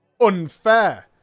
Unfair